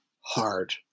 hard